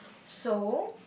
so